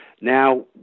Now